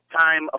time